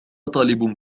طالب